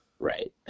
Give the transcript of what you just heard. Right